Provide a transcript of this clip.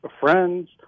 friends